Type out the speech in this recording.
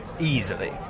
easily